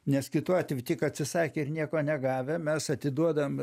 nes kitu atveju tik atsisakę ir nieko negavę mes atiduodam